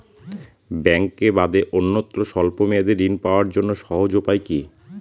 ব্যাঙ্কে বাদে অন্যত্র স্বল্প মেয়াদি ঋণ পাওয়ার জন্য সহজ উপায় কি?